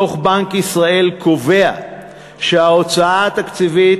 דוח בנק ישראל קובע שההוצאה התקציבית